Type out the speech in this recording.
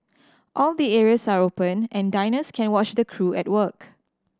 all the areas are open and diners can watch the crew at work